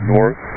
North